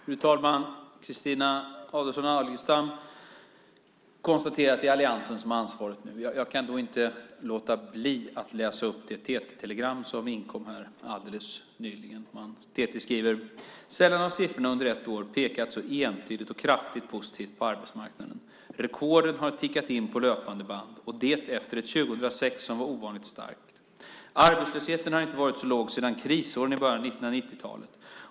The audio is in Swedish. Fru talman! Carina Adolfsson Elgestam konstaterar att det är alliansen som har ansvaret nu. Jag kan inte låta bli att läsa upp det TT-telegram som inkom alldeles nyligen. TT skriver: Sällan har siffrorna under ett år pekat så entydigt och kraftigt positivt på arbetsmarknaden. Rekorden har tickat in på löpande band. Och det efter ett 2006 som var ovanligt starkt. Arbetslösheten har inte varit så låg sedan krisåren i början av 1990-talet.